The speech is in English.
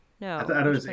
no